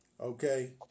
Okay